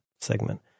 segment